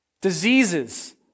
Diseases